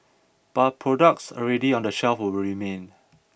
but products already on the shelves will remain